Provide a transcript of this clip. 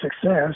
success